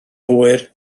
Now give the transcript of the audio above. hwyr